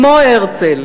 כמו הרצל,